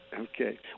Okay